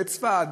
בצפת,